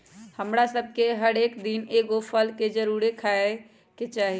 हमरा सभके हरेक दिन एगो फल के जरुरे खाय के चाही